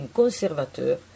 conservateur